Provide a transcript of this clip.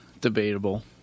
debatable